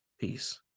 Peace